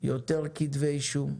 יותר כתבי אישום,